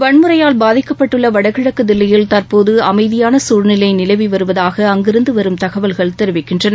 வன்முறையால் பாதிக்கப்பட்டுள்ள வடகிழக்கு தில்லியில் தற்போது அதையான சூழ்நிலை நிலவிவருவதாக அங்கிருந்து வரும் தகவல்கள் தெரிவிக்கின்றன